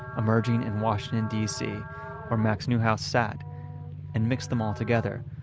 emerging in washington dc where max neuhaus sat and mixed them all together,